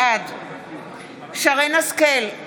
בעד שרן מרים השכל,